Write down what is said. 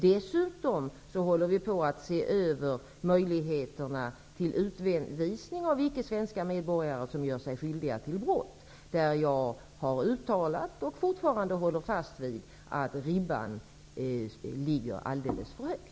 Dessutom ses möjligheterna till utvisning av icke svenska medborgare, som gör sig skyldiga till brott, över. Jag har uttalat och håller fortfarande fast vid att ribban här ligger alldeles för högt.